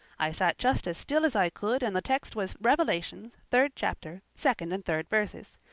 i sat just as still as i could and the text was revelations, third chapter, second and third verses.